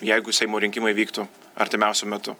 jeigu seimo rinkimai vyktų artimiausiu metu